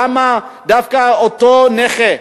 למה דווקא אותו נכה,